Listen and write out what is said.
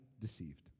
deceived